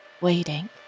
waiting